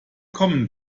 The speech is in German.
kommen